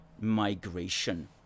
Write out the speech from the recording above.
migration